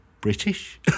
British